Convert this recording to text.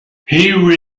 here